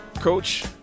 Coach